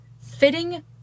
fitting